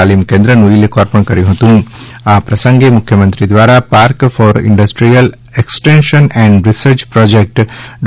તાલિમ કેન્દ્રનું ઇ લોકાર્પણ કર્યું આ અવસરે મુખ્યમંત્રીશ્રી દ્વારા park for industrial extension and research project Dr